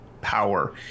power